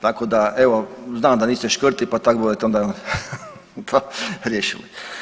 Tako da, evo znam da niste škrti, pa tak budete onda riješili.